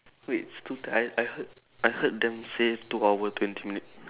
wait it's two I I heard I heard them said two hour twenty minute